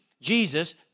Jesus